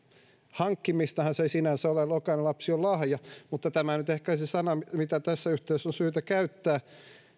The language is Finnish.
hankkimistahan se ei sinänsä ole jokainen lapsi on lahja mutta tämä nyt ehkä on se sana mitä tässä yhteydessä on syytä käyttää